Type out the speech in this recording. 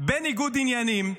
בניגוד עניינים.